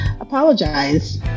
Apologize